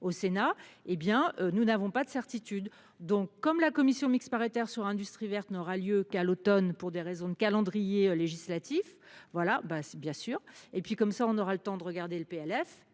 au Sénat, hé bien nous n'avons pas de certitude donc comme la commission mixte paritaire sur l'industrie verte n'aura lieu qu'à l'Automne pour des raisons de calendrier législatif. Voilà ben bien sûr et puis comme ça on aura le temps de regarder le PLF,